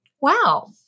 wow